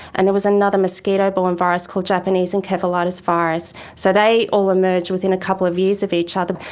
and there was another mosquito borne virus called japanese encephalitis virus. so they all emerged within a couple of years of each other.